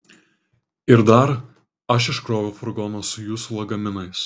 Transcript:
ir dar aš iškroviau furgoną su jūsų lagaminais